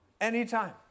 anytime